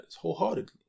wholeheartedly